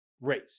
race